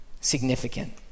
significant